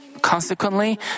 Consequently